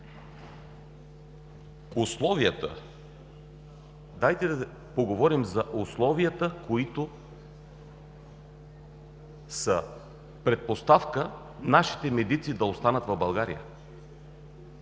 дайте да поговорим за условията, които са предпоставка нашите медици да останат в България.